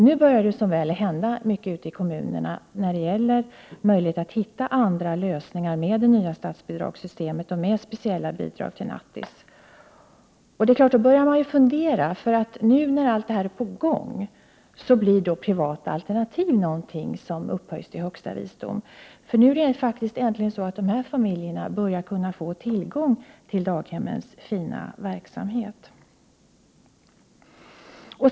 Nu börjar det hända mycket ute i kommuner na — man har möjligheter till andra lösningar med det nya statsbidragssystemet och med speciella bidrag till nattis. Nu när allt detta är på gång och familjerna äntligen faktiskt börjar få tillgång till daghemmens fina verksamhet upphöjs privata alternativ till högsta visdom.